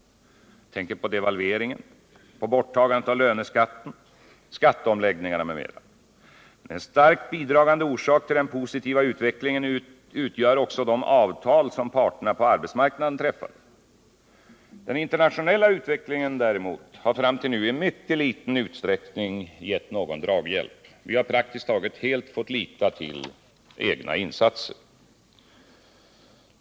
Jag tänker på devalveringen, borttagandet av löneskatten, skatteomläggningarna m.m. En starkt bidragande orsak till den positiva utvecklingen utgör också de avtal som parterna på arbetsmarknaden träffade. Den internationella utvecklingen har däremot fram till nu i mycket liten utsträckning gett någon draghjälp. Vi har praktiskt taget helt fått lita till egna insatser.